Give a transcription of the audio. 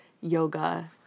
yoga